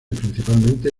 principalmente